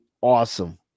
awesome